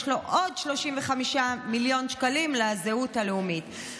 לו עוד 35 מיליון שקלים לזהות הלאומית.